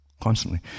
Constantly